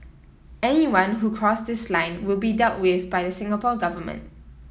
anyone who cross this line will be dealt with by the Singapore Government